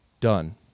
Done